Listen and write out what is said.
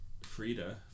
Frida